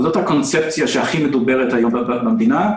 אבל זאת הקונספציה שהכי מדוברת היום במדינה.